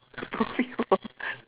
movie